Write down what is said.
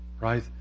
right